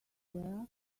where